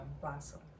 Blossom